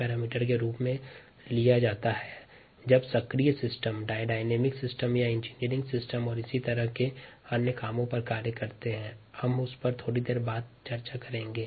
गतिशील तंत्र और अभियांत्रिकी तंत्र भी इसी तरह कार्य करते हैं हम उस पर थोड़ी देर पश्चात चर्चा करेंगे